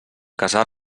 casar